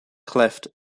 cleft